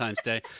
Day